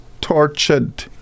tortured